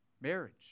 marriage